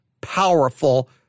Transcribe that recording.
powerful